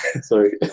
Sorry